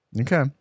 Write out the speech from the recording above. Okay